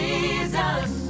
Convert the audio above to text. Jesus